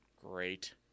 Great